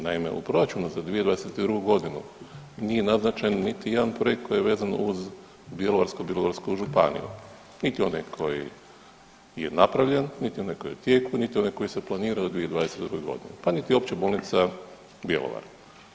Naime, u Proračunu za 2022. g. nije naznačen niti jedan projekt koji je vezan uz Bjelovarsko-bilogorsku županiju niti onaj koji je napravljen niti onaj koji je u tijeku niti onaj koji se planirao u 2022. pa niti Opća bolnica Bjelovar.